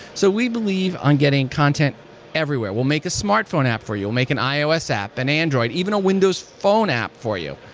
so we believe on getting content everywhere. we'll make a smartphone app for you. we'll make an ios app, an android, even a windows phone app for you.